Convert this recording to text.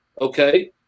okay